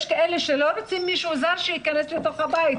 מה גם שיש כאלה שלא רוצים שמישהו זר ייכנס לבית.